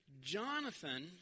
Jonathan